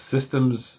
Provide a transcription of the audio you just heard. systems